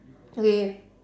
okay